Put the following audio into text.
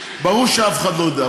ברור שאף אחד לא יודע,